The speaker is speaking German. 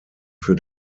für